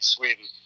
Sweden